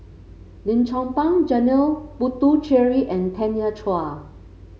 Lim Chong Pang Janil Puthucheary and Tanya Chua